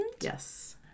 yes